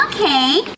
Okay